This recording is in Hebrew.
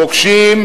המוקשים,